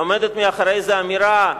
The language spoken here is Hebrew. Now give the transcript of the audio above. עומדת מאחורי זה אמירה,